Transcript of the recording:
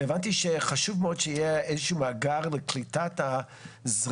הבנתי שחשוב מאוד שיהיה איזה שהוא מאגר לקליטת זרימה,